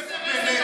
איפה בנט?